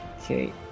Okay